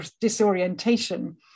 disorientation